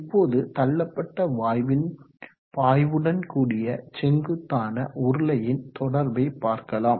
இப்போது தள்ளப்பட்ட வாயுவின் பாய்வுடன் கூடிய செங்குத்தான உருளையின் தொடர்பை பார்க்கலாம்